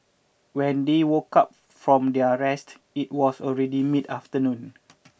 when they woke up from their rest it was already mid afternoon